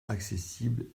accessibles